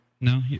No